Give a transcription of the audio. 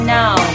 now